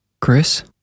Chris